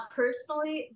personally